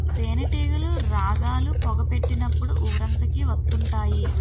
తేనేటీగలు రాగాలు, పొగ పెట్టినప్పుడు ఊరంతకి వత్తుంటాయి